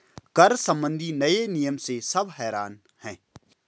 कर संबंधी नए नियम से सब हैरान हैं